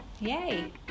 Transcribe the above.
yay